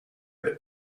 that